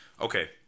okay